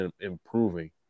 improving